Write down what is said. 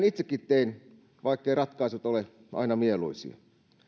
itsekin tein vaikka ratkaisut eivät ole aina mieluisia